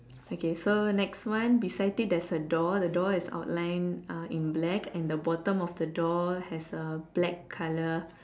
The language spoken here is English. okay so next one beside it there's a door the door is outline uh in black and the bottom of the door has a black colour